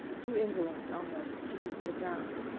too indolent, almost, to reach the ground.